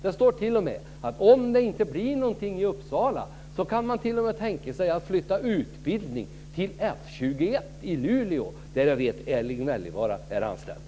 Det står t.o.m. att man, om det inte blir någonting i Uppsala, kan tänka sig att flytta utbildning till F 21 i Luleå där jag vet att Erling Wälivaara är anställd.